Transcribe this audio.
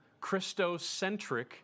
Christocentric